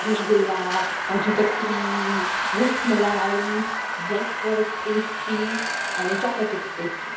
rasgulla kaju katli rasmalai black forest pastry અને choco chips pastry